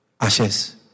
ashes